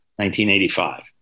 1985